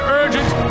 urgent